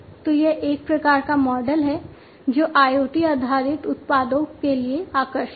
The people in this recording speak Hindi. तो यह एक प्रकार का मॉडल है जो IoT आधारित उत्पादों के लिए आकर्षक है